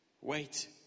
wait